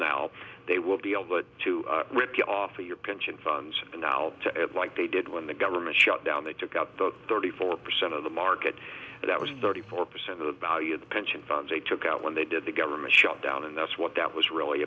now they will be all but to rip you off or your pension funds and now like they did when the government shut down they took out the thirty four percent of the market that was thirty four percent of the value of the pension funds they took out when they did the government shut down and that's what that was really